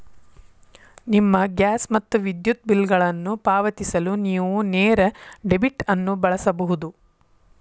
ನಿಮ್ಮ ಗ್ಯಾಸ್ ಮತ್ತು ವಿದ್ಯುತ್ ಬಿಲ್ಗಳನ್ನು ಪಾವತಿಸಲು ನೇವು ನೇರ ಡೆಬಿಟ್ ಅನ್ನು ಬಳಸಬಹುದು